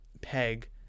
peg